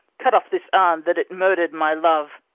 cut off this arm that at murdered my love,